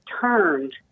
turned